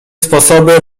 sposoby